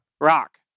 Rock